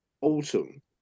autumn